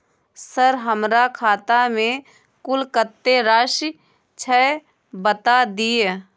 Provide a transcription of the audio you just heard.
Sir हमरा खाता में कुल कत्ते राशि छै बता दिय?